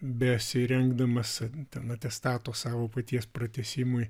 besirengdamas ten atestato savo paties pratęsimui